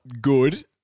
good